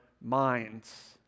minds